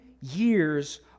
years